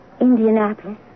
Indianapolis